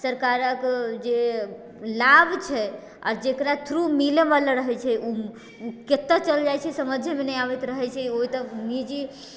सरकारके जे लाभ छै आओर जकरा थ्रू मिलैवला रहै छै ओ कतऽ चलि जाइ छै समझेमे नहि आबैत रहै छै ओ तऽ निजी